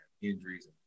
injuries